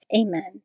Amen